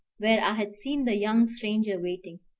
where i had seen the young stranger waiting.